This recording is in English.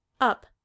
Up